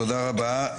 תודה רבה.